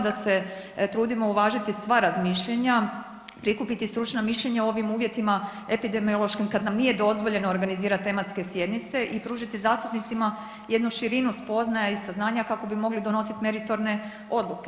Da se trudimo uvažiti sva razmišljanja, prikupiti stručna mišljenja u ovim uvjetima epidemiološkim kad nam nije dozvoljeno organizirati tematske sjednice i pružiti zastupnicima jednu širinu spoznaja i saznanja kako bi mogli donositi meritorne odluke.